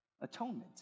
Atonement